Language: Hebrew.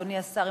אדוני השר,